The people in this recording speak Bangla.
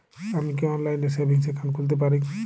আমি কি অনলাইন এ সেভিংস অ্যাকাউন্ট খুলতে পারি?